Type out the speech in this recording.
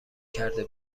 کرده